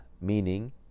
meaning